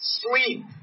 sleep